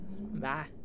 bye